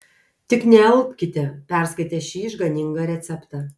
tik nealpkite perskaitę šį išganingą receptą